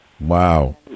Wow